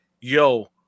yo